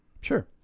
Sure